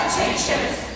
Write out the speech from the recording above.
teachers